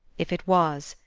if it was,